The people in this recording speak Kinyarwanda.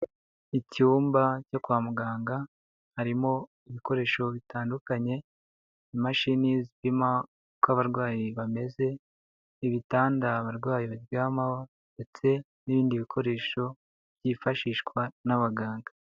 Icyumba cyo kwa muganga, harimo ibikoresho bitandukanye, imashini zipima uko abarwayi bameze, ibitanda abarwayi biryamaho ndetse n'ibindi bikoresho byifashishwa n'abaganga.